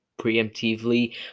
preemptively